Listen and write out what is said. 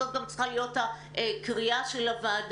זאת גם צריכה להיות גם הקריאה של הוועדה,